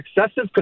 excessive